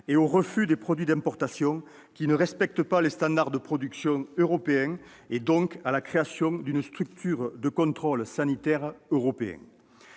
au refus des produits d'importation qui ne respectent pas les standards de production européens, et donc à la création d'une structure de contrôle sanitaire européen.